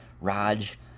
Raj